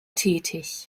tätig